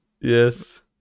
Yes